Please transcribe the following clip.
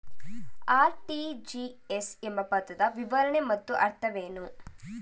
RTGS ಎಂಬ ಪದದ ವಿವರಣೆ ಮತ್ತು ಅರ್ಥವೇನು?